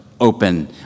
open